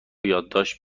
یادداشت